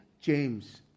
James